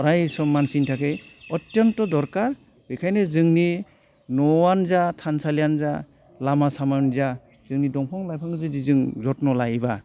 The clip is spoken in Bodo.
अराय सम मानसिनि थाखाय अटियत्थ' दरखार बेखायनो जोंनि न'आनो जा थानसालियानो जा लामा सामायावनो जा जोंनि दंफां लाइफांखौ जुदि जों जथ्न' लायोबा